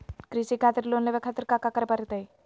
कृषि खातिर लोन लेवे खातिर काका करे की परतई?